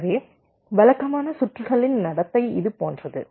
எனவே வழக்கமான சுற்றுகளின் நடத்தை இது போன்றது